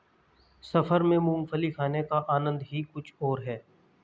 सफर में मूंगफली खाने का आनंद ही कुछ और है